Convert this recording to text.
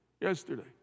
Yesterday